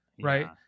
Right